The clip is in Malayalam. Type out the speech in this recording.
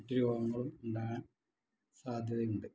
മറ്റ് രോഗങ്ങളും ഉണ്ടാകാൻ സാധ്യതയുണ്ട്